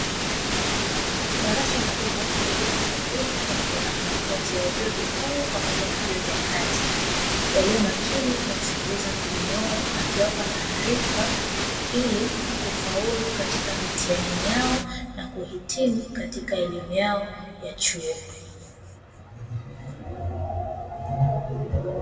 Darasa kubwa lililo na mwalimu pamoja na wanafunzi wa vyuo vikuu pamoja na vyuo vya kati waliomakini kumsikiliza mwalimu wao, akiwapa maarifa ili kufaulu katika mitihani yao na kuhitimu katika elimu yao ya chuo.